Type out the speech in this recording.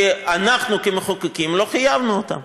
כי אנחנו כמחוקקים לא חייבנו אותן.